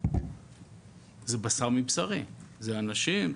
זה בשר מבשרי, זה אנשים,